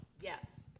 Yes